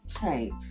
change